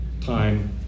time